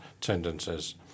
tendencies